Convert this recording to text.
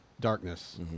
darkness